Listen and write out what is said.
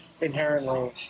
inherently